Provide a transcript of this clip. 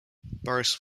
boris